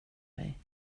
mig